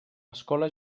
escola